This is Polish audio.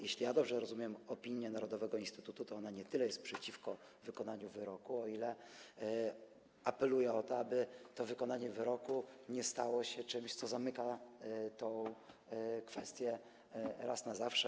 Jeśli dobrze rozumiem opinię narodowego instytutu, to on nie tyle jest przeciwko wykonaniu wyroku, ile apeluje o to, aby to wykonanie wyroku nie stało się czymś, co zamyka tę kwestię raz na zawsze.